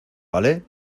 vale